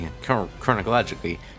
chronologically